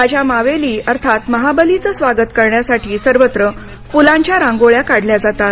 राजा मावेली अर्थात महाबलीचं स्वागत करण्यासाठी सर्वत्र फुलांच्या रांगोळ्या काढल्या जातात